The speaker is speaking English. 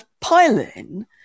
pile-in